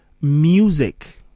music